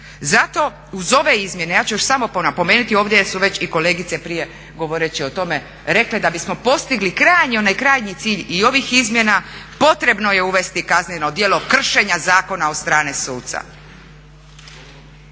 Zato uz ove izmjene, ja ću još samo napomenuti, ovdje su već i kolegice prije govoreći o tome rekle da bismo postigli onaj krajnji cilj i ovih izmjena potrebno je uvesti kazneno djelo kršenja zakona od strane suca.